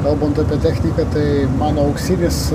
kalbant apie techniką tai mano auksinis